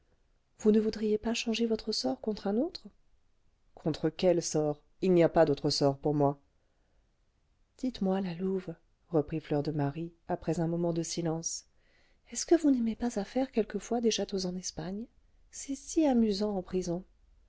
vous ne voudriez pas changer votre sort contre un autre contre quel sort il n'y a pas d'autre sort pour moi dites-moi la louve reprit fleur de marie après un moment de silence est-ce que vous n'aimez pas à faire quelquefois des châteaux en espagne c'est si amusant en prison